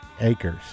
acres